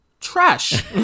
trash